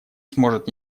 сможет